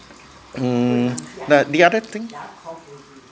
mm the the other thing